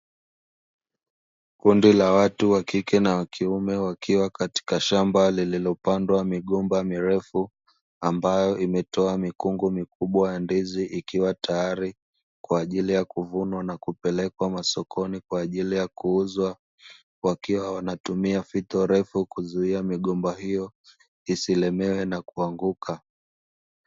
Kundi la watu wa kike na wakiume wakiwa katika shamba lililopandwa migomba mirefu ambayo imetoa mikungu mikubwa ya ndizi ikiwa tayari kwa ajili ya kuvunwa na kupelekwa masokoni kwa ajili ya kuuzwa, wakiwa wanatumia fito ndefu kuzuia migomba hiyo isilemewe na kuanguka.